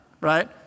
right